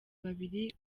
babiri